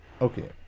Okay